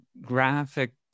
graphic